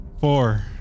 Four